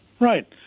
Right